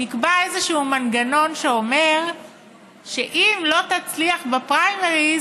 נקבע איזשהו מנגנון שאומר שאם לא תצליח בפריימריז